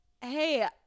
hey